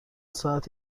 ساعت